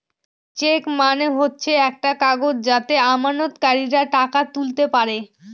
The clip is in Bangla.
চেক মানে হচ্ছে একটা কাগজ যাতে আমানতকারীরা টাকা তুলতে পারে